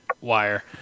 wire